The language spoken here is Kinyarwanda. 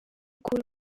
cool